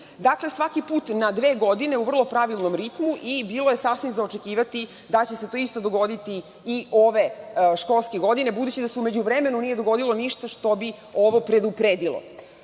svaki put na dve godine u vrlo pravilnom ritmu i bilo je sasvim za očekivati da će se to isto dogoditi i ove školske godine, budući da se u međuvremenu nije dogodilo ništa što bi ovo predupredilo.